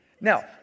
Now